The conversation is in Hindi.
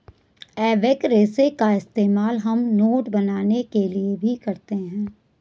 एबेक रेशे का इस्तेमाल हम नोट बनाने के लिए भी करते हैं